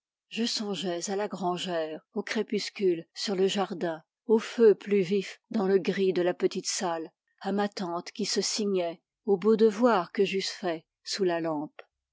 je songeais à la grangère aux crépuscules sur le jardin au feu plus vif dans le gris de la petite salle à ma tante qui se signait aux beaux devoirs que j'eusse faits sous la lampe